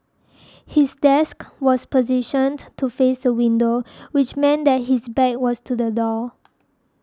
his desk was positioned to face the window which meant that his back was to the door